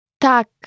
Tak